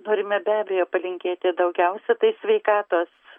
norime be abejo palinkėti daugiausia tai sveikatos